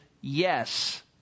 yes